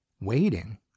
Waiting